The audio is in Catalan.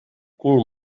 cul